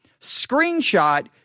screenshot